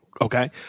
Okay